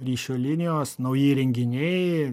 ryšio linijos nauji įrenginiai